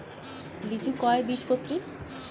লিচু কয় বীজপত্রী?